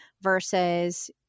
versus